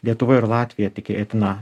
lietuva ir latvija tikėtina